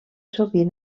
sovint